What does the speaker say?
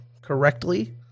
correctly